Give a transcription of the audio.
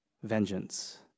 vengeance